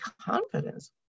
confidence